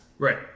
Right